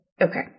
Okay